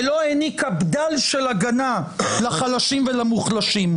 ולא העניקה בדל של הגנה לחלשים ולמוחלשים.